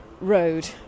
road